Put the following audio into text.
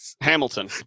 Hamilton